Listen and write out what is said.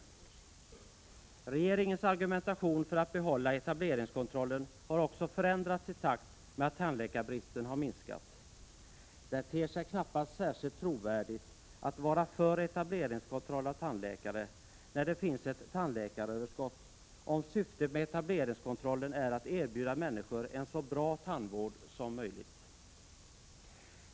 Regeringens argumentation för att behålla etableringskontrollen har också förändrats i takt med att tandläkarbristen har minskat. Det ter sig knappast särskilt trovärdigt att vara för etableringskontroll av tandläkare när det finns ett tandläkaröverskott, om syftet med etableringskontrollen är att erbjuda människor en så bra tandvård som möjligt.